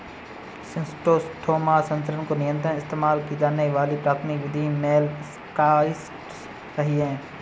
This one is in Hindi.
शिस्टोस्टोमा संचरण को नियंत्रित इस्तेमाल की जाने वाली प्राथमिक विधि मोलस्कसाइड्स रही है